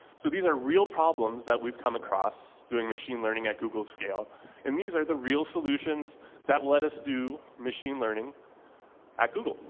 so these are real problems that we've come across doing machine learning at google scale and these are the real solutions that let us do machine learning at google.